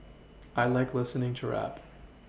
I like listening to rap